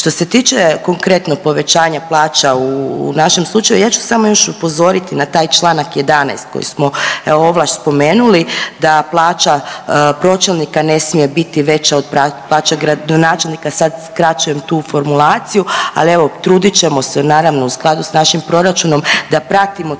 Što se tiče konkretno povećanja plaća u našem slučaju ja ću samo još upozoriti na taj članak 11. koji smo evo ovlaš spomenuli da plaća pročelnika ne smije biti veća od plaće gradonačelnika. Sad skraćujem tu formulaciju, ali evo trudit ćemo se naravno u skladu sa našim proračunom da pratimo